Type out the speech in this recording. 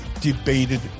debated